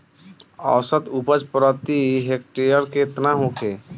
औसत उपज प्रति हेक्टेयर केतना होखे?